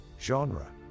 genre